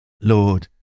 Lord